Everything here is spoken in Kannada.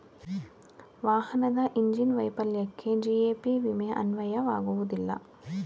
ವಾಹನದ ಇಂಜಿನ್ ವೈಫಲ್ಯಕ್ಕೆ ಜಿ.ಎ.ಪಿ ವಿಮೆ ಅನ್ವಯವಾಗುವುದಿಲ್ಲ